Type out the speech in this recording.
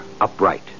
upright